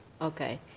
Okay